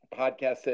podcast